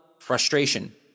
frustration